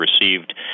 received